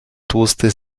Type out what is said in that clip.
tłusty